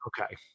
Okay